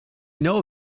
know